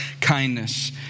kindness